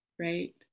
right